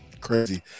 Crazy